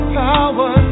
power